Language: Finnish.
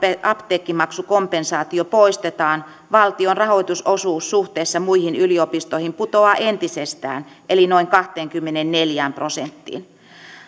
apteekkimaksukompensaatio poistetaan valtion rahoitusosuus suhteessa muihin yliopistoihin putoaa entisestään eli noin kahteenkymmeneenneljään prosenttiin